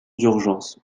d’urgence